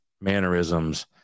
mannerisms